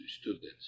Students